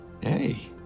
hey